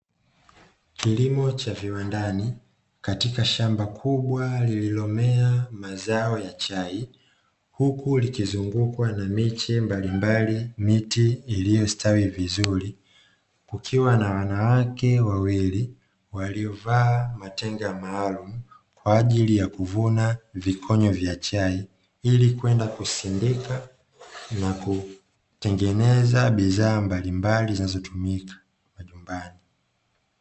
Kilimo cha viwandani katika shamba kubwa lililomea mazao ya chai, huku likizungukwa na miche mbalimbali miti iliyostawi vizuri; kukiwa na wanawake wawili waliovaa matenga maalum kwa ajili ya kuvuna vikonyo vya chai, ili kwenda kusindika na kutengeneza bidhaa mbalimbali zinazotumika majumbani.